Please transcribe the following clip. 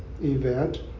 Event